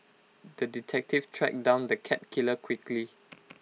the detective tracked down the cat killer quickly